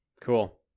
Cool